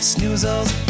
Snoozles